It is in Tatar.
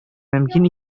мөмкин